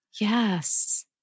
Yes